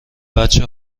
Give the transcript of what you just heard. بچه